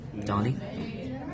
donnie